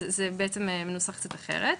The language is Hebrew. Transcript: זה מנוסח קצת אחרת,